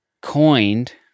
coined